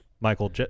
michael